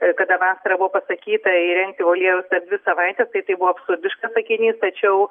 kada vasara buvo pasakyta įrengti voljerus per dvi savaites tai tai buvo absurdiškas sakinys tačiau